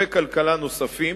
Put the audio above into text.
ענפי כלכלה נוספים,